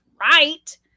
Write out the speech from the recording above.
right